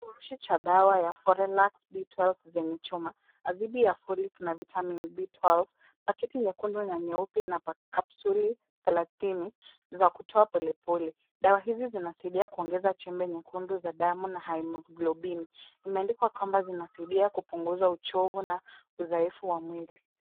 Kifurushi cha dawa ya Forelax B twelve zenye chuma. Azidi ya folic na vitamini B twelve . Pakiti nyekunde na nyeupe ina kapsuli thelathini za kutoa polepole. Dawa hizi zinasaidia kuongeza chembe nyekundu za damu na haemoglobini . Imeandikwa kwamba zinasaidia kupunguza uchovu na udhaifu wa mwili.